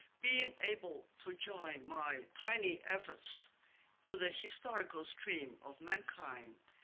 being able to join my tiny efforts to the historical stream of mankind,